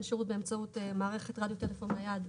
שירות באמצעות מערכת רדיו טלפון נייד,